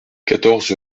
quatorze